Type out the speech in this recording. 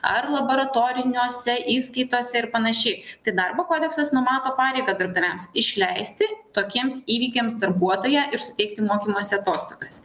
ar laboratoriniuose įskaitose ir panašiai tai darbo kodeksas numato pareigą darbdaviams išleisti tokiems įvykiams darbuotoją ir suteikti mokymosi atostogas